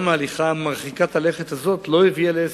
גם ההליכה מרחיקת הלכת הזאת לא הביאה להסכם.